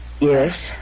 Yes